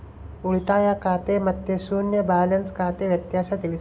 ಉಳಿತಾಯ ಖಾತೆ ಮತ್ತೆ ಶೂನ್ಯ ಬ್ಯಾಲೆನ್ಸ್ ಖಾತೆ ವ್ಯತ್ಯಾಸ ತಿಳಿಸಿ?